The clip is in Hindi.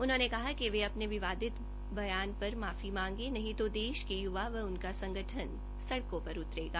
उन्होंने कहा कि विवादित बयान पर माफी मांगे नही तो देश के युवा व उनका संगठन सड़कों पर उतरेगा